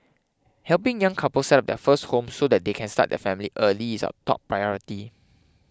helping young couples set up their first home so that they can start their family early is our top priority